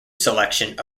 selection